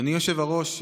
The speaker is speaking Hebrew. אדוני היושב-ראש,